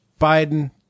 Biden